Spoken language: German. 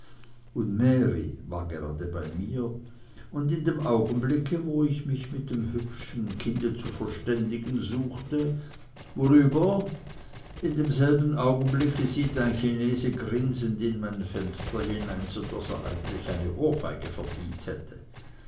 und mary war gerade bei mir und in dem augenblicke wo ich mich mit dem hübschen kinde zu verständigen suche worüber in demselben augenblicke sieht ein chinese grinsend in mein fenster hinein so daß er eigentlich eine ohrfeige verdient hätte